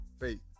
faith